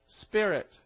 Spirit